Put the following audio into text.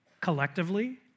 collectively